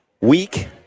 week